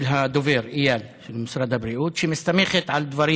של אייל, הדובר של משרד הבריאות, שמסתמכת על דברים